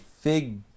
fig